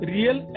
Real